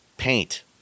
Paint